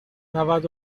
نود